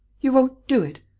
you won't do it.